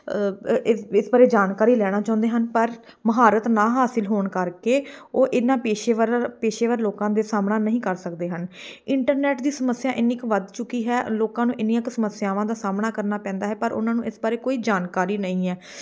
ਇਸ ਇਸ ਬਾਰੇ ਜਾਣਕਾਰੀ ਲੈਣਾ ਚਾਹੁੰਦੇ ਹਨ ਪਰ ਮੁਹਾਰਤ ਨਾ ਹਾਸਲ ਹੋਣ ਕਰਕੇ ਉਹ ਇਹਨਾਂ ਪੇਸ਼ੇਵਰ ਪੇਸ਼ੇਵਰ ਲੋਕਾਂ ਦਾ ਸਾਹਮਣਾ ਨਹੀਂ ਕਰ ਸਕਦੇ ਹਨ ਇੰਟਰਨੈਟ ਦੀ ਸਮੱਸਿਆ ਇੰਨੀ ਕੁ ਵੱਧ ਚੁੱਕੀ ਹੈ ਲੋਕਾਂ ਨੂੰ ਇੰਨੀਆਂ ਕੁ ਸਮੱਸਿਆਵਾਂ ਦਾ ਸਾਹਮਣਾ ਕਰਨਾ ਪੈਂਦਾ ਹੈ ਪਰ ਉਹਨਾਂ ਨੂੰ ਇਸ ਬਾਰੇ ਕੋਈ ਜਾਣਕਾਰੀ ਨਹੀਂ ਹੈ